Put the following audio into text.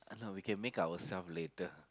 uh no we can make ourself later